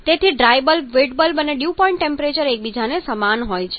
તેથી dry bulb wet bulb અને dew point temperature એકબીજાના સમાન હોય છે